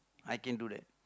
I can do that